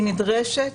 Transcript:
היא נדרשת,